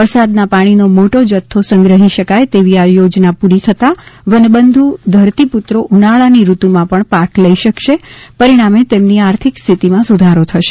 વરસાદના પાણીનો મોટો જથ્થો સંગ્રહી શકાય તેવી આ યોજના પુરી થતાં વનબંધુ ધરતીપુત્રો ઉનાળાની ઋતુમાં પણ પાક લઇ શકશે પરિણામે તેમની આર્થિક સ્થિતીમાં સુધારો થશે